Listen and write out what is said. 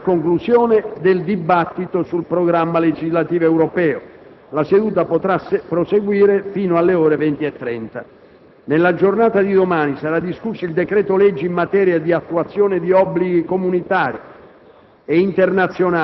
che saranno esaminate a conclusione del dibattito sul programma legislativo europeo. La seduta potrà proseguire fino alle ore 20,30. Nella giornata di domani sarà discusso il decreto-legge in materia di attuazione di obblighi comunitari